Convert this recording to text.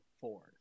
four